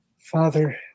Father